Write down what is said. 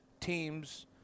teams